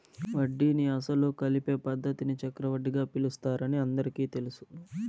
వడ్డీని అసలు కలిపే పద్ధతిని చక్రవడ్డీగా పిలుస్తారని అందరికీ తెలుసును